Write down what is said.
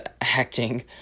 acting